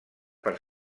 per